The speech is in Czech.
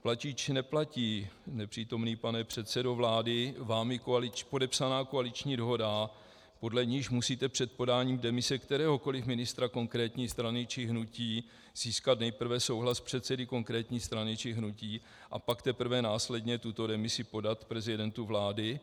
Platí či neplatí, nepřítomný pane předsedo vlády, vámi podepsaná koaliční dohoda, podle níž musíte před podáním demise kteréhokoliv ministra konkrétní strany či hnutí získat nejprve souhlas předsedy konkrétní strany či hnutí, a pak teprve následně tuto demisi podat prezidentu vlády?